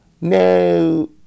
No